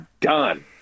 done